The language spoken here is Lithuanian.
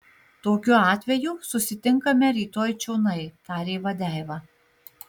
tokiu atveju susitinkame rytoj čionai tarė vadeiva